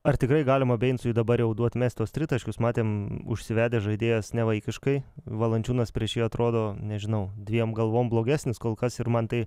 ar tikrai galima beincui dabar jau duot mest tuos tritaškius matėm užsivedęs žaidėjas nevaikiškai valančiūnas prieš jį atrodo nežinau dviem galvom blogesnis kol kas ir man tai